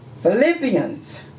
Philippians